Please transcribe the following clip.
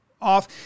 off